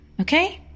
okay